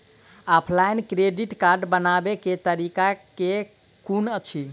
Offline credit card बनाबै केँ तरीका केँ कुन अछि?